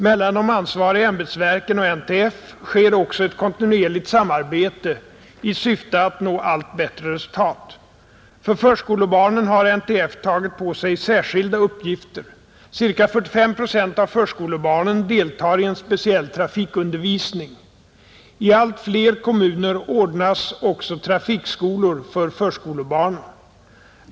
Mellan de ansvariga ämbetsverken och NTF sker också ett kontinuerligt samarbete i syfte att nå allt bättre resultat. För förskolebarnen har NTF tagit på sig särskilda uppgifter. Ca 45 procent av förskolebarnen deltar i en speciell trafikundervisning. I allt fler kommuner ordnas också trafikskolor för förskolebarnen.